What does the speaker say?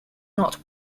not